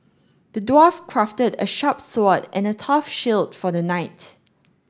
the dwarf crafted a sharp sword and a tough shield for the knight